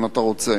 אם אתה רוצה,